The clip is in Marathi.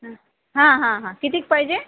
हां हां हां कितीक पाहिजे